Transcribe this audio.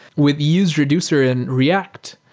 with usereducer and react,